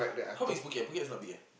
how big is Phuket Phuket is quite big eh